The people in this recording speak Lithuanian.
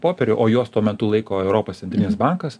popierių o jos tuo metu laiko europos centrinis bankas